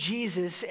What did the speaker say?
Jesus